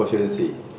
kau shouldn't say